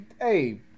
hey